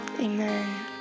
Amen